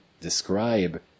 describe